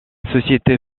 société